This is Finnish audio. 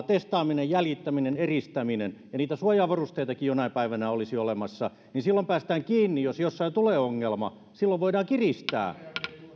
testaaminen jäljittäminen ja eristäminen ja niitä suojavarusteitakin jonain päivänä olisi olemassa niin silloin päästään tähän kiinni jos jossain tulee ongelma silloin voidaan kiristää